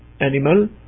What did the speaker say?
animal